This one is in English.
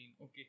okay